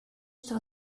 что